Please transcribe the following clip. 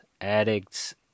addicts